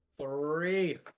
three